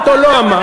אמרת או לא אמרת?